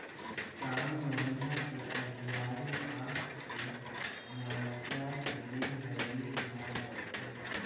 सावन महिना के अंधियारी पाख के अमावस्या के दिन हरेली तिहार परथे